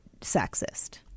sexist